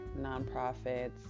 nonprofits